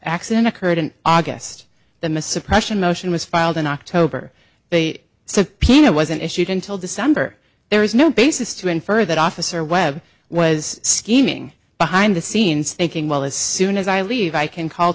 accident occurred in august the misimpression motion was filed in october they subpoena wasn't issued until december there is no basis to infer that officer webb was scheming behind the scenes thinking well as soon as i leave i can call